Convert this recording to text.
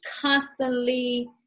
constantly